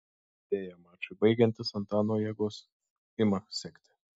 deja mačui baigiantis antano jėgos ima sekti